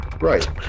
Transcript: Right